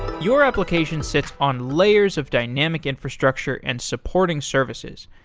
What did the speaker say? your application sits on layers of dynamic infrastructure and supporting services.